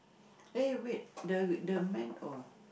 eh wait the the man oh